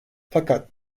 fakat